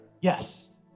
Yes